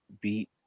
beat